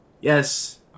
yes